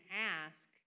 ask